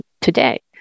today